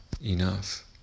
enough